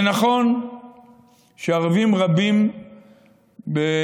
זה נכון שערבים רבים בישראל,